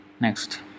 Next